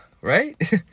right